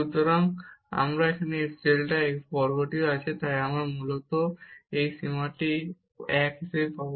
সুতরাং এবং এই ডেল্টা x বর্গটিও আছে তাই আমরা মূলত এই সীমাটি 1 হিসাবে পাব